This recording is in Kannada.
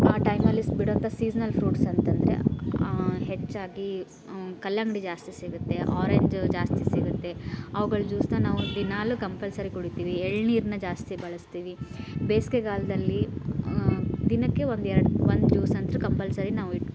ಆ ಟೈಮಲ್ಲಿ ಸ್ ಬಿಡುವಂಥ ಸೀಸನಲ್ ಫ್ರುಟ್ಸ್ ಅಂತಂದರೆ ಹೆಚ್ಚಾಗಿ ಕಲ್ಲಂಗಡಿ ಜಾಸ್ತಿ ಸಿಗುತ್ತೆ ಆರೇಂಜ ಜಾಸ್ತಿ ಸಿಗುತ್ತೆ ಅವ್ಗಳ ಜ್ಯೂಸನ್ನ ನಾವು ದಿನಾಲೂ ಕಂಪಲ್ಸರಿ ಕುಡಿತೀವಿ ಎಳನೀರ್ನ ಜಾಸ್ತಿ ಬಳಸ್ತೀವಿ ಬೇಸಿಗೆಗಾಲ್ದಲ್ಲಿ ದಿನಕ್ಕೆ ಒಂದು ಎರಡು ಒಂದು ಜ್ಯೂಸ್ ಅಂತೂ ಕಂಪಲ್ಸರಿ ನಾವು ಇಟ್ಟು